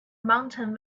mountain